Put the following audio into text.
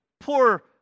poor